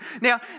Now